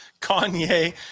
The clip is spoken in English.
Kanye